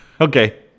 Okay